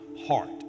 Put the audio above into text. heart